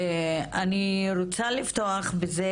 אני רוצה לפתוח בזה,